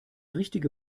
richtige